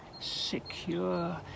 secure